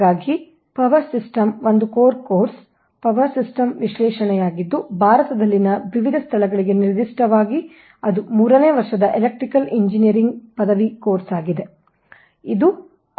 ಹಾಗಾಗಿ power system ಒಂದು core course power system ವಿಶ್ಲೇಷಣೆಯಾಗಿದ್ದು ಭಾರತದಲ್ಲಿನ ವಿವಿಧ ಸ್ಥಳಗಳಿಗೆ ನಿರ್ದಿಷ್ಟವಾಗಿ ಅದು ಮೂರನೇ ವರ್ಷದ ಎಲೆಕ್ಟ್ರಿಕಲ್ ಇoಜಿನಿಯರಿಂಗ್ ಪದವಿ ಕೋರ್ಸ್ ಆಗಿದೆ ಇದು ಕೋರ್ ಕೋರ್ಸ್ ಆಗಿದೆ